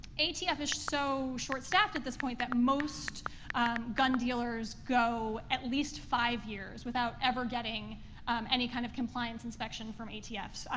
atf is so short-staffed at this point that most gun dealers go at least five years without ever getting any kind of compliance inspection from atf.